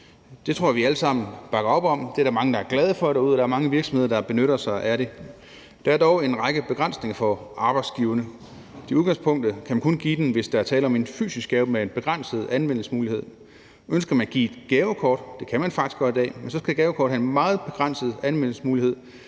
Det tror jeg vi alle sammen bakker op om. Det er der mange, der er glade for derude, og der er mange virksomheder, der benytter sig af det. Der er dog en række begrænsninger for arbejdsgiverne. I udgangspunktet kan man kun give det, hvis der er tale om en fysisk gave med en begrænset anvendelsesmulighed. Ønsker man at give et gavekort – det kan man faktisk godt i dag – skal det have en meget begrænset anvendelsesmulighed